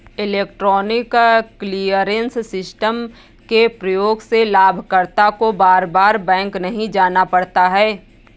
electronic clearance system के प्रयोग से लाभकर्ता को बार बार बैंक नहीं जाना पड़ता है